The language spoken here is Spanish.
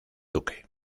duque